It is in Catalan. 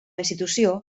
institució